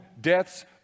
death's